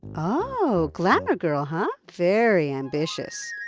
oh! glamour girl, huh? very ambitious.